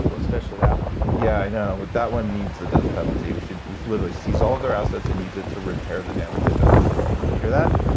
especially that one yeah i know. that one needs a death penalty. we should we should literally seize all of their assets and use it to repair the damage they've done to the world. you hear that?